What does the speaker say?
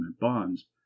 bonds